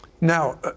Now